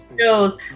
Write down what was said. shows